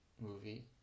movie